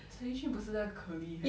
chen yi xun 不是那个 curly hair [one]